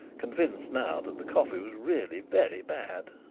convinced now that the coffee was really very bad.